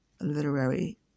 literary